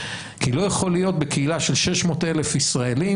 כי לא יכול להיות בקהילה של 600,000 ישראלים